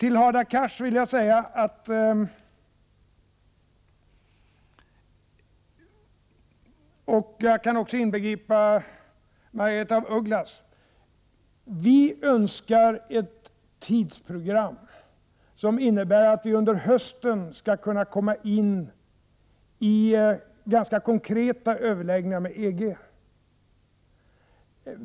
Jag vill till Hadar Cars och Margaretha af Ugglas säga att regeringen önskar ett tidsprogram som innebär att vi under hösten skall kunna komma in i ganska konkreta överläggningar med EG.